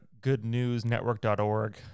goodnewsnetwork.org